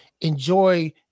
enjoy